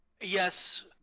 Yes